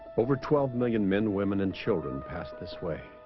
over twelve million men women and children passed this way